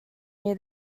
near